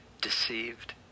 deceived